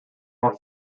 nor